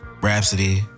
Rhapsody